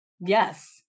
Yes